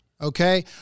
Okay